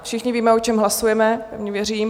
Všichni víme, o čem hlasujeme, pevně věřím.